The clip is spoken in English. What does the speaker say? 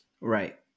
Right